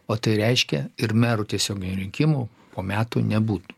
o tai reiškia ir merų tiesiogiai rinkimų po metų nebūtų